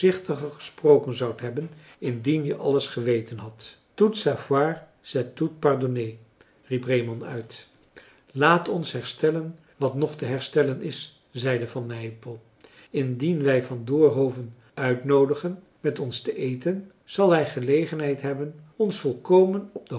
gesproken zoudt hebben indien je alles geweten hadt tout savoir c'est tout pardonner riep reeman uit laat ons herstellen wat nog te herstellen is zeide van nypel indien wij van doerhoven uitnoodigen met ons te eten zal hij gelegenheid hebben ons volkomen op de